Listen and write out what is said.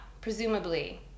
Presumably